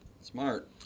Smart